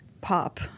pop